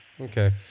Okay